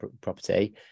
property